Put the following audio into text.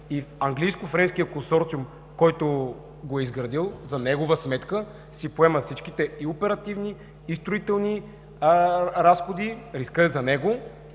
и английско-френският консорциум, който го е изградил за негова сметка, си поема всичките – и оперативни, и строителни разходи, рискът е за него.